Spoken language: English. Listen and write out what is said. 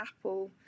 Apple